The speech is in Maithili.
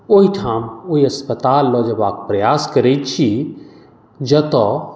ओहिठाम ओहि अस्पताल लऽ जयबाक प्रयास करैत छी जतय